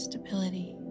Stability